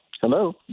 Hello